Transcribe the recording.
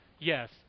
yes